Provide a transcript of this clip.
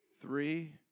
three